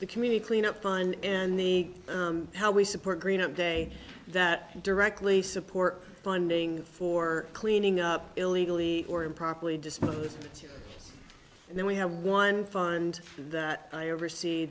the community clean up fine and the how we support green up day that directly support funding for cleaning up illegally or improperly dispose and then we have one fund that i oversee